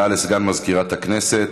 הודעה לסגן מזכירת הכנסת.